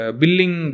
billing